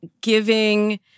giving